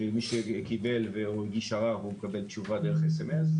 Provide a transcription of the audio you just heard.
שמי שקיבל דוח והגיש ערר מקבל תשובה דרך סמס.